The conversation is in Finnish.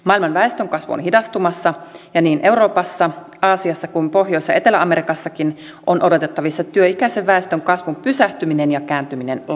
maailman väestönkasvu on hidastumassa ja niin euroopassa aasiassa kuin pohjois ja etelä amerikassakin on odotettavissa työikäisen väestön kasvun pysähtyminen ja kääntyminen laskuun